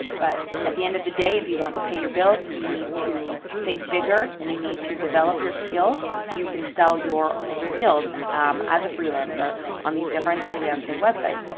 but at the end of the day, if you want to pay your bills, you need to think bigger, and you need to develop your skills. so you can sell your skills as a freelancer on these different freelancing websites.